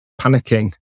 panicking